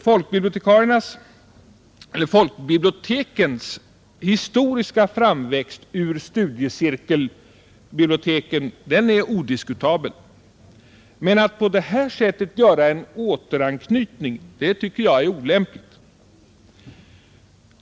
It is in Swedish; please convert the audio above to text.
Folkbibliotekens historiska framväxt ur studiecirkelbiblioteken är odiskutabel, Men att på det här sättet göra en återanknytning tycker jag är olämpligt.